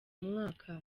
mwaka